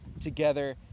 together